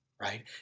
right